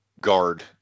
guard